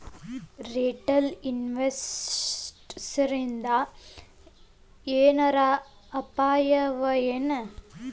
Retail ಇನ್ವೆಸ್ಟರ್ಸಿಂದಾ ಏನರ ಅಪಾಯವಎನು?